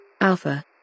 Alpha